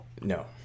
No